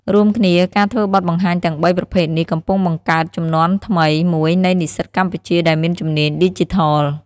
រួមគ្នា ការធ្វើបទបង្ហាញទាំងបីប្រភេទនេះកំពុងបង្កើតជំនាន់ថ្មីមួយនៃនិស្សិតកម្ពុជាដែលមានជំនាញឌីជីថល។